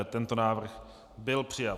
Tento návrh byl přijat.